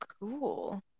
cool